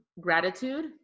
Gratitude